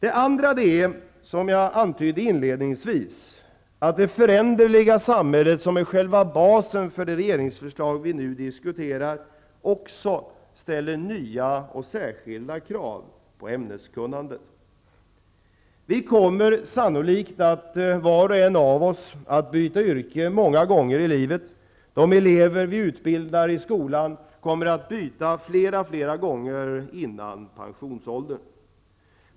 En annan sak är, som jag antydde inledningsvis, att det föränderliga samhället, som är själva basen för det regeringsförslag som vi nu diskuterar, också ställer nya och särskilda krav på ämneskunnandet. Var och en av oss kommer sannolikt att byta yrke många gånger i livet. De elever som utbildas i skolan kommer att göra byten åtskilliga gånger före pensionsåldern.